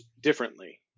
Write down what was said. differently